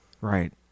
Right